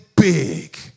big